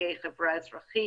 נציגי חברה אזרחית,